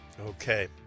okay